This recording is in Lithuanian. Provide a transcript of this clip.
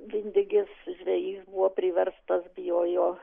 vindigis žvejys buvo priverstas bijojo